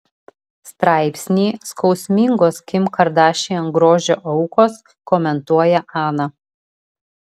straipsnį skausmingos kim kardashian grožio aukos komentuoja ana